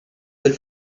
del